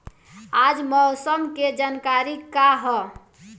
आज मौसम के जानकारी का ह?